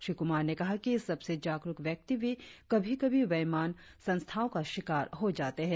श्री कुमार ने कहा कि सबसे जागरुक व्यक्ति भी कभी कभी बेईमान संस्थाओं का शिकार हो जाते है